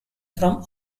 from